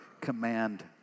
command